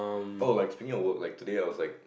oh like training your work like today I was like